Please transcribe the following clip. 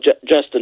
Justin